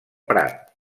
prat